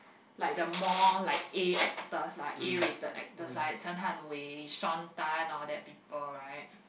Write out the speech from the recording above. like the more like A actors A rated actors like Chen-Han-Wei Shawn-Tan all that people right